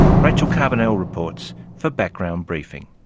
rachel carbonell reports for background briefing